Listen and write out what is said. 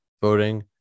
voting